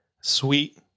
Sweet